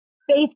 Faith